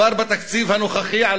כבר בתקציב הנוכחי,